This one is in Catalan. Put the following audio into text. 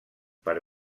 per